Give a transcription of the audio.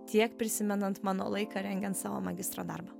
tiek prisimenant mano laiką rengiant savo magistro darbą